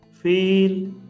Feel